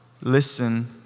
listen